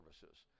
services